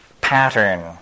pattern